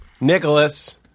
Nicholas